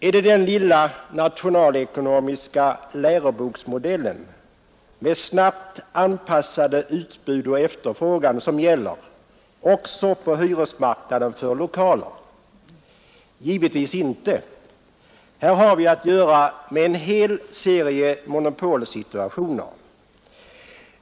Är det den lilla nationalekonomiska läroboksmodellen med snabbt anpassade utbud och efterfrågan som gäller också på hyresmarknaden för lokaler? Givetvis inte. Här har vi att göra med en hel serie monopolsituationer.